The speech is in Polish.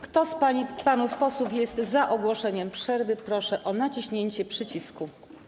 Kto z pań i panów posłów jest za ogłoszeniem przerwy, proszę o naciśnięcie przycisku.